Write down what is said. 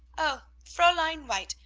oh, fraulein white!